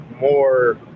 more